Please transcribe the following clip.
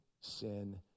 sin